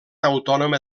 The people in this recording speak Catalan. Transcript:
autònoma